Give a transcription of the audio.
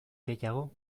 gehiago